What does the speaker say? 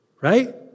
right